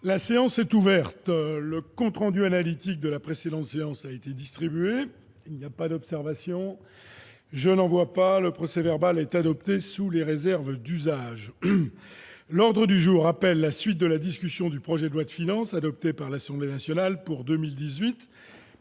La séance est ouverte.. Le compte rendu analytique de la précédente séance a été distribué. Il n'y a pas d'observation ?... Le procès-verbal est adopté sous les réserves d'usage. L'ordre du jour appelle la suite de la discussion du projet de loi de finances pour 2018, adopté par l'Assemblée nationale (projet